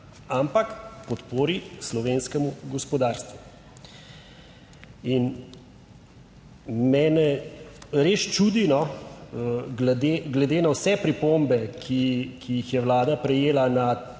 ampak podpori slovenskemu gospodarstvu. In mene res čudi, glede na vse pripombe, ki jih je Vlada prejela na,